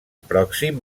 pròxim